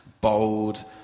bold